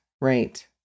right